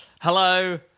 Hello